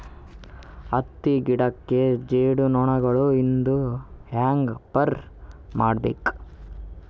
ಹತ್ತಿ ಗಿಡಕ್ಕೆ ಜೇಡ ಹುಳಗಳು ಇಂದ ಹ್ಯಾಂಗ್ ಪಾರ್ ಮಾಡಬೇಕು?